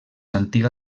antiga